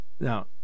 Now